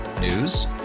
News